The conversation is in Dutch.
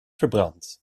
verbrand